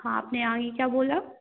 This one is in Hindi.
हाँ आपने आगे क्या बोला